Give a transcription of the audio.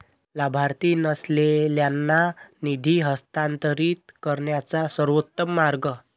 लाभार्थी नसलेल्यांना निधी हस्तांतरित करण्याचा सर्वोत्तम मार्ग